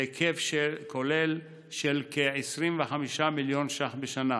בהיקף כולל של כ-25 מיליון שקלים בשנה,